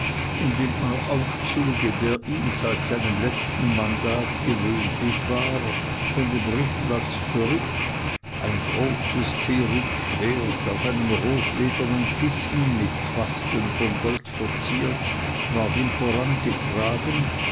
in dem aufzuge der ihm seit seinem letzten mandat gewöhnlich war von dem richtplatz zurück ein großes cherubsschwert auf einem rotledernen kissen mit quasten von gold verziert ward ihm vorangetragen